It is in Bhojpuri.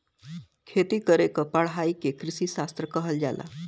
खेती करे क पढ़ाई के कृषिशास्त्र कहल जाला